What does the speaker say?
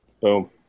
Boom